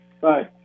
Bye